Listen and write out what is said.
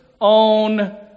own